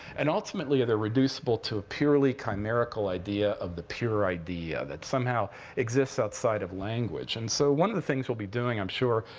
and ultimately, they're reducible to a purely chimerical idea of the pure idea that somehow exists outside of language. and so one of the things we'll be doing, i'm sure,